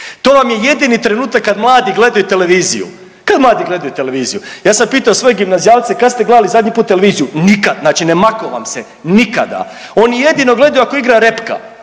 vam je jedini trenutak kad mladi gledaju televiziju. Kad mladi gledaju televiziju? Ja sam pitao svoje gimnazijalce kad ste gledali zadnji put televiziju? Nikad. Znači ne mako vam se, nikada. Oni jedino gledaju ako igra repka,